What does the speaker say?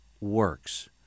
works